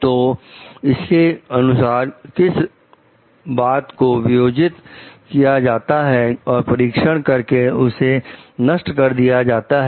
तो इसके अनुसार किस रात को वियोजित किया जाता है और परीक्षण करके उसे नष्ट कर दिया जाता है